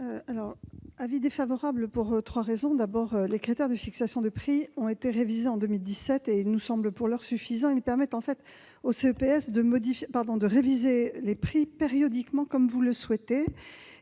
un avis défavorable pour trois raisons. D'abord, les critères de fixation des prix ont été révisés en 2017, et ils nous semblent pour l'heure suffisants. Ils permettent au CEPS de réviser les prix périodiquement, comme vous le souhaitez.